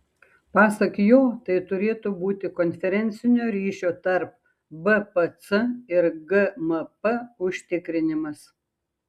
pasak jo tai turėtų būti konferencinio ryšio tarp bpc ir gmp užtikrinimas